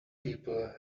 people